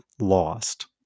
lost